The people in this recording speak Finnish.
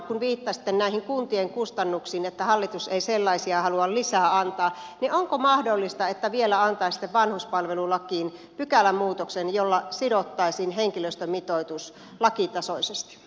kun viittasitte näihin kuntien kustannuksiin että hallitus ei sellaisia halua lisää antaa niin onko mahdollista että vielä antaisitte vanhuspalvelulakiin pykälämuutoksen jolla sidottaisiin henkilöstömitoitus lakitasoisesti